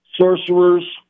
sorcerers